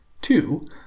Two